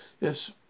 yes